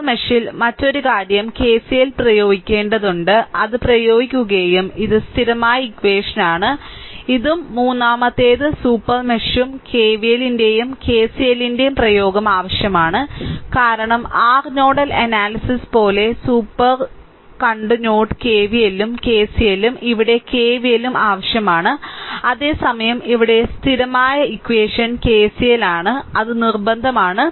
super മെഷിൽ മറ്റൊരു കാര്യം കെസിഎൽ പ്രയോഗിക്കേണ്ടതുണ്ട് അത് പ്രയോഗിക്കുകയും ഇത് സ്ഥിരമായ ഇക്വഷനാണ് ഇതും മൂന്നാമത്തേത് സൂപ്പർ മെഷും കെവിഎല്ലിന്റെയും കെസിഎല്ലിന്റെയും പ്രയോഗം ആവശ്യമാണ് കാരണം r നോഡൽ അനാലിസിസ് പോലെ സൂപ്പർ കണ്ടു നോഡ് കെവിഎല്ലും കെസിഎല്ലും ഇവിടെ കെവിഎൽ ആവശ്യമാണ് അതേ സമയം ഇവിടെ സ്ഥിരമായ ഇക്വഷൻ കെസിഎൽ ആണ് അത് നിർബന്ധമാണ്